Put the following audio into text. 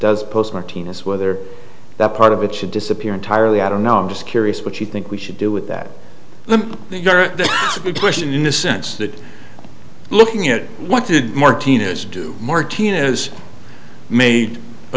does post martinez whether that part of it should disappear entirely i don't know i'm just curious what you think we should do with that the question in the sense that looking at what did martinez do martinez made a